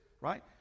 right